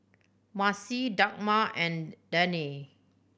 Marci Dagmar and Danae